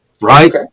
right